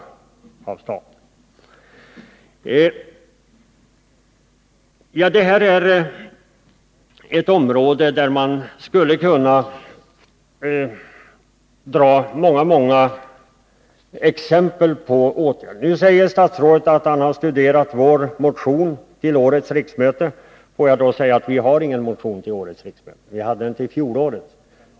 Man skulle kunna anföra många exempel på åtgärder som skulle kunna vidtas på det här området. Statsrådet säger att han studerat vår motion till årets riksdag. Låt mig då säga att vi inte har någon motion till årets riksdag. Vi hade en till fjolårets.